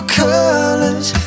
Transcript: colors